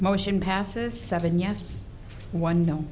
motion passes seven yes one no